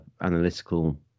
analytical